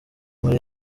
muri